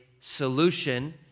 solution